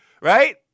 right